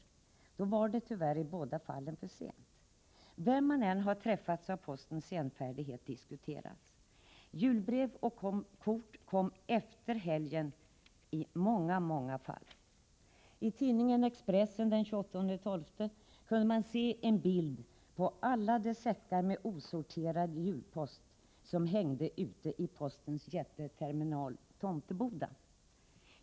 I båda fallen var det, tyvärr, för sent. Vem man än träffat har postens senfärdighet diskuterats. Det framgår således att julbrev och julkort nådde sina adressater efter helgen i synnerligen många fall. I tidningen Expressen den 28 december kunde man se en bild med alla de säckar osorterad julpost som hängde i postens jätteterminal vid Tomteboda.